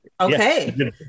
Okay